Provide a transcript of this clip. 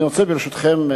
ברשותכם,